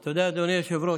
אתה יודע, אדוני היושב-ראש,